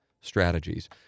Strategies